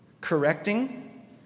correcting